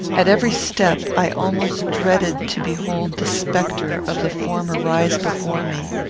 at every step i almost dreaded to behold the spectre of the former rise before me.